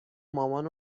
مامان